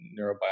neurobiology